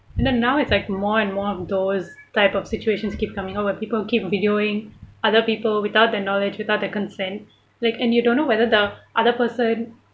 no now it's like more and more those type of situations keep coming out while people keep videoing other people without their knowledge without their consent like and you don't know whether the other person